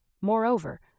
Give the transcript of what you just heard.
Moreover